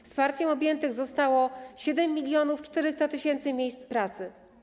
Wsparciem objętych zostało 7400 tys. miejsc pracy.